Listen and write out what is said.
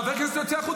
לרדת.